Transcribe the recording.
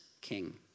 king